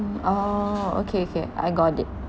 oh okay okay I got it